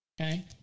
okay